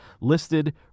listed